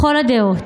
לכל הדעות.